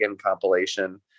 compilation